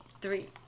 three